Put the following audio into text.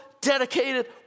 dedicated